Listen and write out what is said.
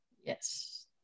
Yes